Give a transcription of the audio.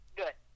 good